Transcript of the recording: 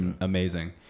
amazing